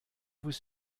vous